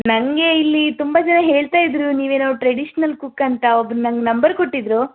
ನನಗೆ ಇಲ್ಲಿ ತುಂಬ ಜನ ಹೇಳ್ತಾಯಿದ್ದರು ನೀವು ಏನೋ ಟ್ರೆಡಿಷ್ನಲ್ ಕುಕ್ಕಂತ ಒಬ್ಬರು ನಂಗೆ ನಂಬರ್ ಕೊಟ್ಟಿದ್ದರು